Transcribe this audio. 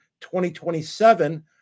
2027